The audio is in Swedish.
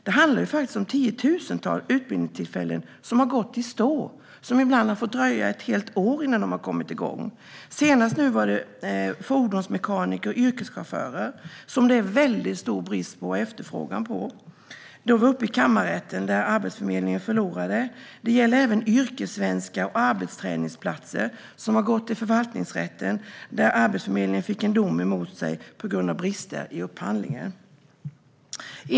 Det handlar om tiotusentals utbildningstillfällen som har gått i stå. Ibland har det dröjt ett helt år innan de har kommit igång. Senast var det fordonsmekaniker och yrkeschaufförer, som det är stor brist och efterfrågan på, som var uppe i kammarrätten, där Arbetsförmedlingen förlorade. Det gäller även yrkessvenska och arbetsträningsplatser, som har gått till förvaltningsrätten, där Arbetsförmedlingen fick en dom emot sig på grund av brister i upphandlingen.